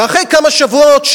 ואחרי כמה שבועות,